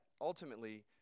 ultimately